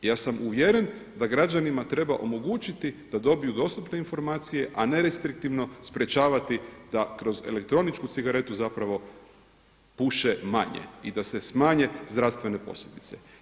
Ja sam uvjeren da građanima treba omogućiti da dobiju dostupne informacije, a ne restriktivno sprečavati da kroz elektroničku cigaretu puše manje i da se smanje zdravstvene posljedice.